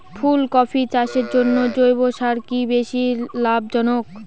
ফুলকপি চাষের জন্য জৈব সার কি বেশী লাভজনক?